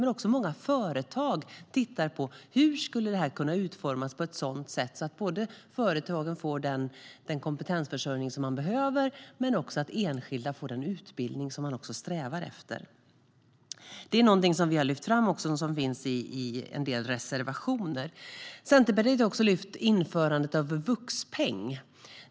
Även många företag tittar på hur det här skulle kunna utformas på ett sådant sätt att både företagen får den kompetensförsörjning som de behöver och att enskilda får den utbildning som de strävar efter. Detta är någonting som vi har lyft fram och som finns i en del reservationer. Centerpartiet har också lyft fram införandet av en vuxpeng.